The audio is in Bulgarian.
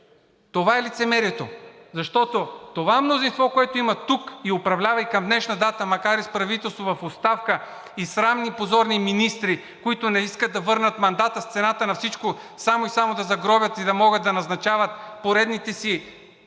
Това е лицемерието, защото това мнозинство, което има тук и управлява и към днешна дата, макар и с правителство в оставка и срамни и позорни министри, които не искат да върнат мандата с цената на всичко, само и само да загробят и да могат да назначават поредните си